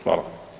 Hvala.